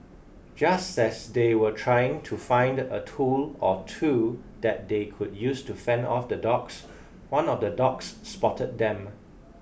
just as they were trying to find a tool or two that they could use to fend off the dogs one of the dogs spotted them